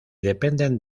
dependen